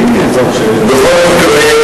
בכל מקרה,